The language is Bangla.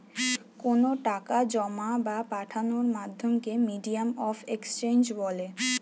কোনো টাকা জোমা বা পাঠানোর মাধ্যমকে মিডিয়াম অফ এক্সচেঞ্জ বলে